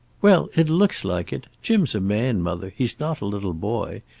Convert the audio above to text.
well, it looks like it. jim's a man, mother. he's not a little boy.